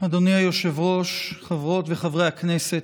אדוני היושב-ראש, חברות וחברי הכנסת,